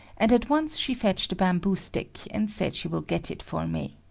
and at once she fetched a bamboo stick, and said she will get it for me.